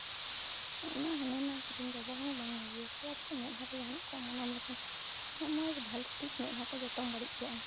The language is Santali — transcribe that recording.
ᱚᱱᱟ ᱦᱟᱱᱟ ᱱᱟᱣᱟ ᱠᱨᱤᱢ ᱵᱮᱵᱚᱦᱟᱨ ᱵᱟᱝ ᱵᱷᱟᱜᱮᱭᱟ ᱪᱮᱫᱟᱜ ᱥᱮ ᱢᱮᱫᱼᱦᱟᱸ ᱨᱮ ᱡᱟᱦᱟᱱᱟᱜ ᱠᱚ ᱚᱢᱚᱱᱟᱢ ᱞᱮᱠᱷᱟᱱ ᱩᱱᱟᱹᱜ ᱢᱚᱪ ᱵᱷᱟᱞᱮ ᱴᱷᱤᱠ ᱢᱮᱫᱼᱦᱟᱸ ᱠᱚ ᱡᱚᱛᱚᱢ ᱵᱟᱹᱲᱤᱡ ᱠᱮᱜᱼᱟ